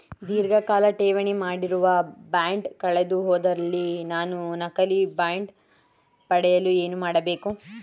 ಧೀರ್ಘಕಾಲ ಠೇವಣಿ ಮಾಡಿರುವ ಬಾಂಡ್ ಕಳೆದುಹೋದಲ್ಲಿ ನಾನು ನಕಲಿ ಬಾಂಡ್ ಪಡೆಯಲು ಏನು ಮಾಡಬೇಕು?